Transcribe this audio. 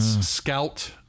scout